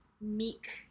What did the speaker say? meek